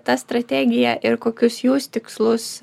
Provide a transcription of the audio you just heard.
ta strategija ir kokius jūs tikslus